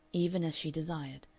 even as she desired.